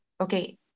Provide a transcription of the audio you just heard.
okay